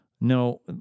No